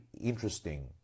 interesting